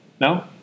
no